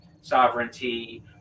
sovereignty